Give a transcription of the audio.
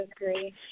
agree